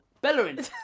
Bellerin